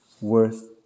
worth